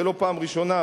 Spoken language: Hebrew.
זה לא הפעם הראשונה,